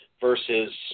versus